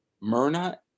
Myrna